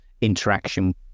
interaction